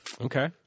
Okay